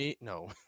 No